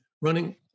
running